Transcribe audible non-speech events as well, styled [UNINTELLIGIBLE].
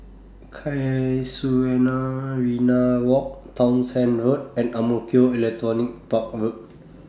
[UNINTELLIGIBLE] Walk Townshend Road and Ang Mo Kio Electronics Park Road